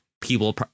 people